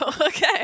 Okay